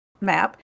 map